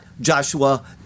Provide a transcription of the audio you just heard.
Joshua